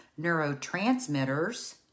neurotransmitters